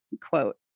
quote